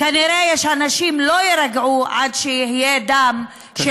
כנראה יש אנשים שלא יירגעו עד שיהיה דם, תודה.